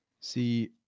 See